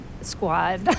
squad